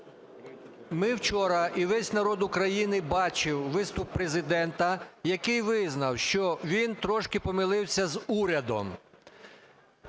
Ми вчора і весь народ України бачив виступ Президента, який визнав, що він трошки помилився з урядом.